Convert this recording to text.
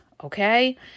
Okay